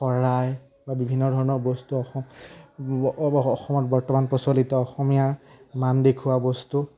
শৰাই বা বিভিন্ন ধৰণৰ বস্তু অসমত বৰ্তমান প্ৰচলিত অসমীয়া মান দেখুওৱা বস্তু